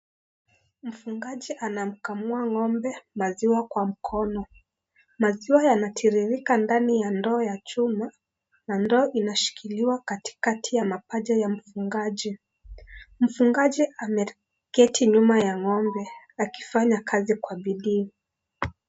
Mfungaji anamkamua ngombe maziwa kwa Kwa mkono, maziwa yanatiririka ndani ya ndoo ya chuma ambayo inashikiliwa katikati ya paja ya mfungaji . Mfungaji ameketi nyuma ya ngombe akifanya kazi Kwa bidii.